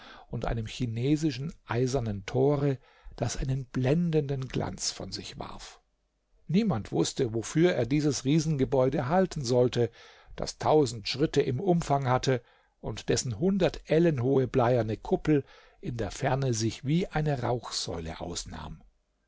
und einem chinesischen eisernen tore das einen blendenden glanz von sich warf niemand wußte wofür er dieses riesengebäude halten sollte das tausend schritte im umfang hatte und dessen hundert ellen hohe bleierne kuppel in der ferne sich wie eine rauchsäule ausnahm